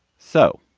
so